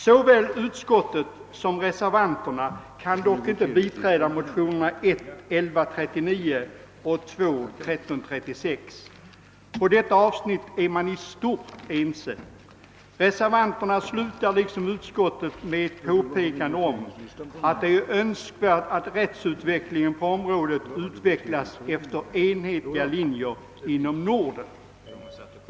Varken utskottsmajoriteten eller reservanterna kan dock biträda motionerna I: 1139 och II: 1336. Beträffande detta avsnitt är man i stort sett ense. Reservanterna slutar liksom utskottsmajoriteten med ett påpekande att det är »önskvärt att rättsutvecklingen på området utvecklas efter enhetliga linjer inom Norden».